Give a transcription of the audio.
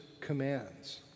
commands